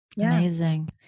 Amazing